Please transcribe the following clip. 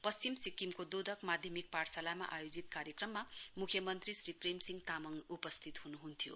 पश्चिम सिक्किमको दोदक माध्यमिक पाठशालामा आयोजित कार्यक्रममा मुख्यमन्त्री श्री प्रेम सिंह तामाङ उपस्थित हुनुहुन्थ्यो